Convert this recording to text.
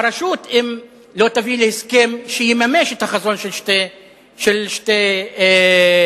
הרשות אם לא תביא להסכם שיממש את החזון של שתי מדינות.